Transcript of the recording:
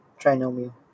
trinomial